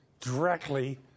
directly